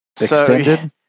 extended